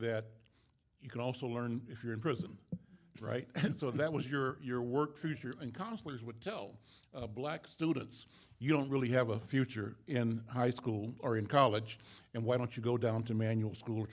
that you can also learn if you're in prison right and so that was your your work future and costly is would tell black students you don't really have a future in high school or in college and why don't you go down to manual school